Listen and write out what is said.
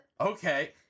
Okay